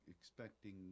expecting